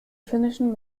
finnischen